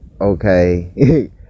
okay